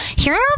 Hearing